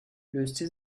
löste